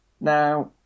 Now